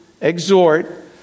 exhort